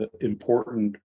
important